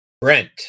Brent